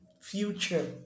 future